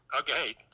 Okay